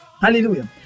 Hallelujah